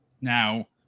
Now